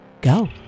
Go